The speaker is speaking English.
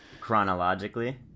chronologically